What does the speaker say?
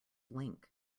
link